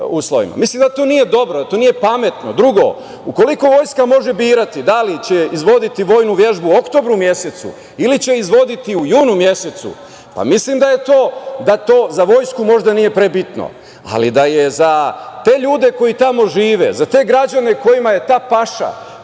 Mislim da to nije dobro, da to nije pametno. Drugo, u koliko vojska može birati, da li će izvoditi vojnu vežbu u oktobru mesecu ili će izvoditi u junu mesecu, pa mislim da to za vojsku možda nije pre bitno. Ali, da je za ljude, koji tamo žive, za te građane kojima je ta paša,